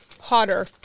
hotter